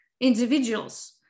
individuals